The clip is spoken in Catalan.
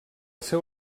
seu